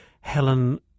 Helen